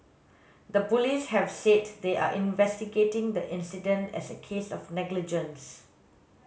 the police have said they are investigating the incident as a case of negligence